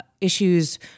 issues